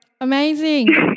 amazing